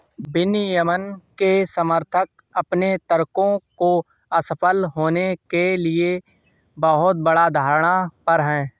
विनियमन के समर्थक अपने तर्कों को असफल होने के लिए बहुत बड़ा धारणा पर हैं